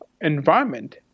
environment